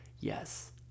yes